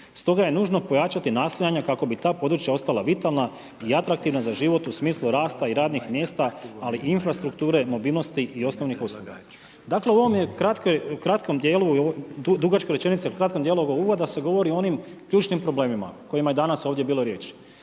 stoga je nužno pojačati nastojanja kako bi ta područja ostala vitalna i atraktivna za život u smislu rasta i radnih mjesta, ali i infrastrukture, mobilnosti i osnovnih usluga. Dakle u ovom kratkom djelu, dugačka rečenica, a kratkom djelu ovog uvoda se govori o onim ključnim problemima o kojima je danas ovdje bila riječ.